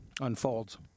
unfolds